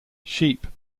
sheep